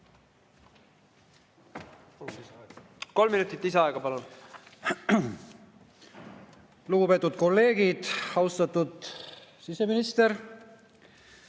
Kolm minutit lisaaega, palun! Lugupeetud kolleegid! Austatud siseminister!